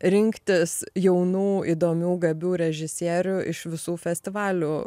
rinktis jaunų įdomių gabių režisierių iš visų festivalių